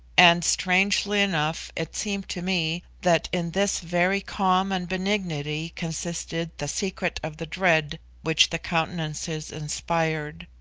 and, strangely enough, it seemed to me that in this very calm and benignity consisted the secret of the dread which the countenances inspired.